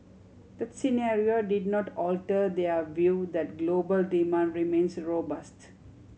the scenario did not alter their view that global demand remains robust